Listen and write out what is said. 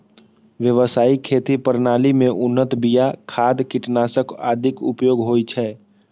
व्यावसायिक खेती प्रणाली मे उन्नत बिया, खाद, कीटनाशक आदिक उपयोग होइ छै